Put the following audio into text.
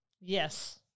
Yes